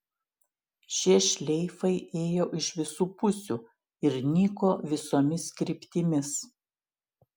šie šleifai ėjo iš visų pusių ir nyko visomis kryptimis